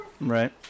Right